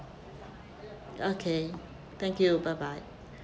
okay thank you bye bye